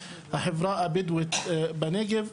החברה הבדואית בנגב,